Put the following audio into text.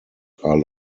are